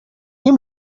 nie